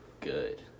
good